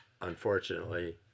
Unfortunately